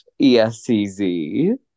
ESCZ